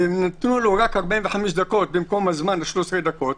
ונתנו לו רק 45 דקות במקום 13 דקות,